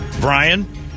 Brian